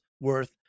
worth